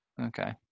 Okay